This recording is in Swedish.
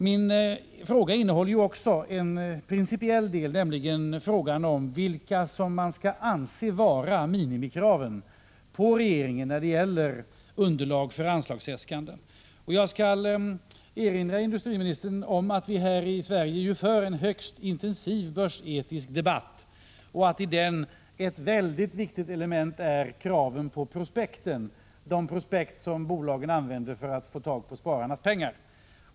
Min fråga innehåller också en principiell del, nämligen frågan om vad man skall anse vara minimikraven på regeringen när det gäller underlag för anslagsäskanden. Jag vill erinra industriministern om att vi här i Sverige för en högst intensiv börsetisk debatt och att i den ett mycket viktigt element är krav på prospekten — de prospekt som bolagen använder för att få tag i spararnas pengar.